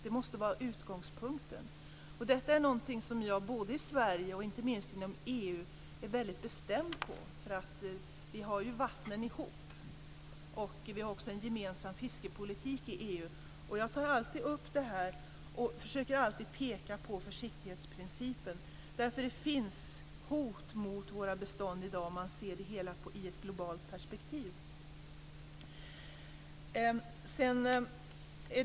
Det måste vara utgångspunkten. När det gäller detta är jag både i Sverige och inte minst inom EU väldigt bestämd. Vi har ju vatten tillsammans, och vi har också en gemensam fiskepolitik i EU. Jag tar alltid upp det här och försöker ständigt hålla fram försiktighetsprincipen. Det finns i dag i globalt perspektiv hot mot våra bestånd.